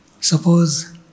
suppose